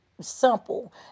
simple